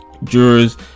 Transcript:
Jurors